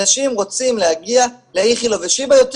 אנשים רוצים להגיע לאיכילוב ושיבא יותר